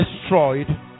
destroyed